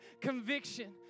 conviction